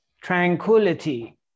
tranquility